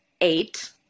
eight